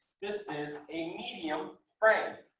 this is a medium frame.